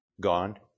gone